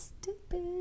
stupid